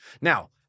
Now